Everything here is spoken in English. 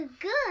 Good